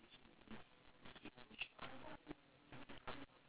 monday uh th~ ma~ market also closed